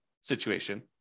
situation